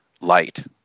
light